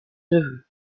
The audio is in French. neveux